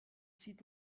sieht